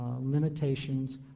limitations